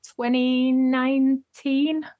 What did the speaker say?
2019